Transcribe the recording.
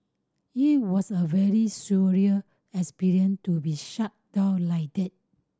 it was a very surreal experience to be shut down like that